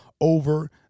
over